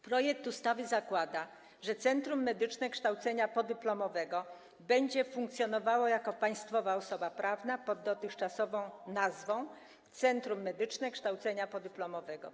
Projekt ustawy zakłada, że Centrum Medyczne Kształcenia Podyplomowego będzie funkcjonowało jako państwowa osoba prawna pod dotychczasową nazwą Centrum Medyczne Kształcenia Podyplomowego.